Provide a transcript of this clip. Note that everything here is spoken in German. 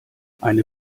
eine